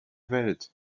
welt